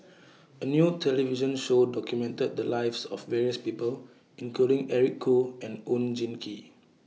A New television Show documented The Lives of various People including Eric Khoo and Oon Jin Gee